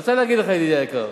אני רוצה להגיד לך, ידידי היקר,